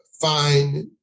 find